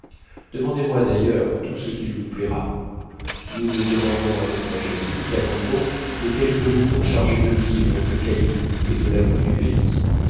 demandez-moi d'ailleurs tout ce qu'il vous plaira nous ne demandons à votre majesté dit cacambo que quelques moutons chargés de vivres de cailloux et de la boue du pays